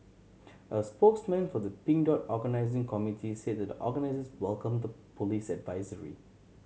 a spokesman for the Pink Dot organising committee said the organisers welcomed the police advisory